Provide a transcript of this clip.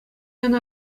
ӑна